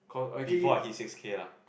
before I hit six K lah